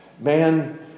man